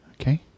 Okay